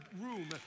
room